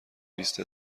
بیست